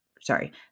sorry